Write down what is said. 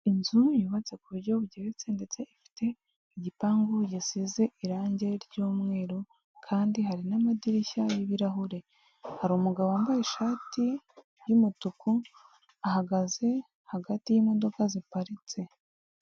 Inzu yubatse ku buryo bugeretse ndetse ifite igipangu gisize irangi ry'umweru kandi hari n'amadirishya y'ibirahure, hari umugabo wambaye ishati y'umutuku ahagaze hagati yimodoka ziparitse.